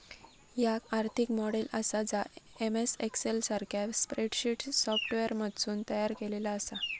याक आर्थिक मॉडेल आसा जा एम.एस एक्सेल सारख्या स्प्रेडशीट सॉफ्टवेअरमधसून तयार केलेला आसा